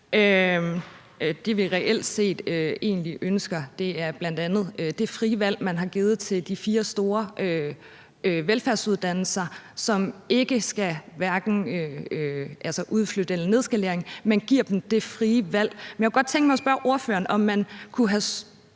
Det, vi reelt set egentlig ønsker, er bl.a. det frie valg, man har givet til de fire store velfærdsuddannelser, som ikke skal hverken udflytte eller nedskalere – man giver dem det frie valg. Men jeg kunne godt tænke mig at spørge ordføreren: Kunne man